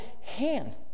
hand